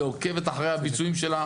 היא עוקבת אחרי הביצועים שלה,